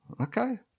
Okay